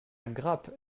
grappe